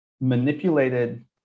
manipulated